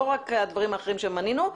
לא רק הדברים האחרים שמנינו,